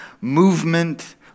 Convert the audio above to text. movement